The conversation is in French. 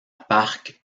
park